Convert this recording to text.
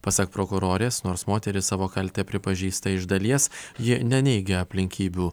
pasak prokurorės nors moteris savo kaltę pripažįsta iš dalies ji neneigia aplinkybių